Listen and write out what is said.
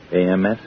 AMS